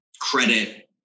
credit